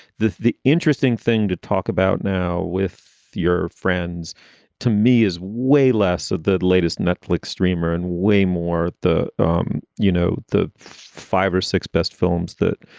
the the interesting thing to talk about now with your friends to me is way less of the latest netflix streamer and way more the um you know, the five or six best films that